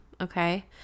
okay